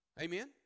Amen